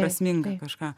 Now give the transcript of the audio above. prasmingą kažką